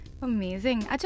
Amazing